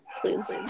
please